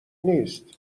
نیست